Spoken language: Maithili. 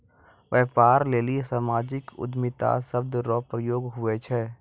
व्यापार लेली सामाजिक उद्यमिता शब्द रो प्रयोग हुवै छै